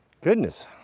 goodness